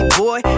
boy